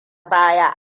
baya